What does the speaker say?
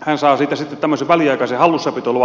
hän saa siitä sitten tämmöisen väliaikaisen hallussapitoluvan